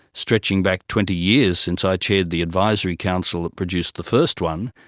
stretching back twenty years since i chaired the advisory council that produced the first one,